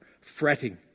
fretting